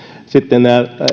sitten nämä